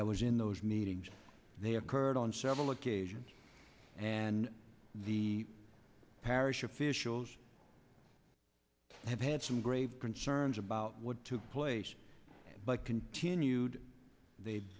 that was in those meetings they occurred on several occasions and the parish officials have had some grave concerns about what took place but continued they